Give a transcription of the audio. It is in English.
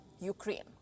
Ukraine